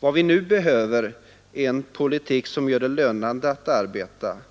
Vad vi nu behöver är en politik som gör det lönande att arbeta, en politik